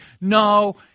no